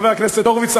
חבר הכנסת הורוביץ,